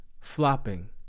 flopping